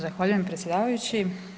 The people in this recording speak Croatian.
Zahvaljujem predsjedavajući.